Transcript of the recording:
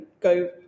go